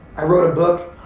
i wrote a book,